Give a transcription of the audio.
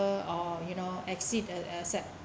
or you know exceed a a set